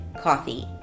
coffee